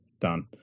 Done